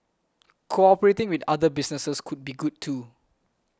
cooperating with other businesses could be good too